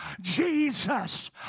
Jesus